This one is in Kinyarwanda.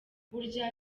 burya